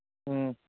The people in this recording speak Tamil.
ம்